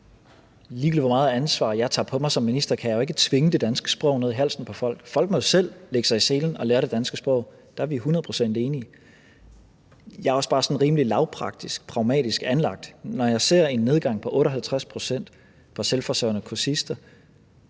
hvor meget ansvar jeg tager på mig som minister, kan jeg jo ikke tvinge det danske sprog ned i halsen på folk. Folk må jo selv lægge sig i selen og lære det danske sprog – der er vi hundrede procent enige. Jeg er også bare sådan rimelig lavpraktisk og pragmatisk anlagt, så når jeg ser en nedgang på 58 pct. for selvforsørgende kursister,